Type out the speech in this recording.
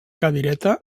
cadireta